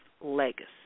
legacy